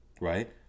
right